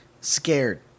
scared